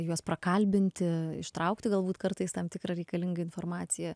juos prakalbinti ištraukti galbūt kartais tam tikrą reikalingą informaciją